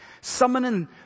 summoning